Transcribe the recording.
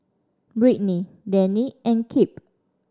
Britny Danny and Kipp